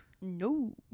no